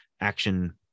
action